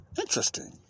Interesting